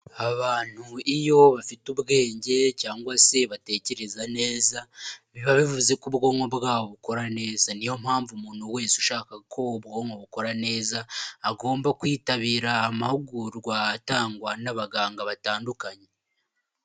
Abantu iyo bafite ubwenge cyangwa se batekereza neza biba bivuze ko ubwonko bwabo bukora neza, niyo mpamvu umuntu wese ushaka ko ubwonko bukora neza agomba kwitabira amahugurwa atangwa n'abaganga batandukanye.